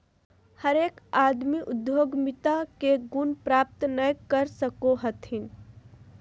हरेक आदमी उद्यमिता के गुण प्राप्त नय कर सको हथिन